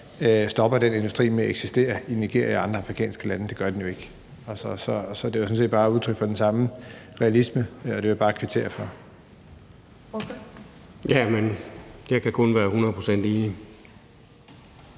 stopper den industri med at eksistere i Nigeria og andre afrikanske lande. Det gør den jo ikke. Så det var sådan set bare et udtryk for den samme realisme, og det vil jeg bare kvittere for. Kl. 13:54 Første næstformand (Karen